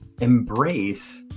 embrace